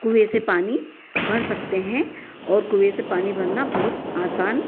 कुएं से पानी भर सकते हैं और कुएं से पानी भरना बहुत आसान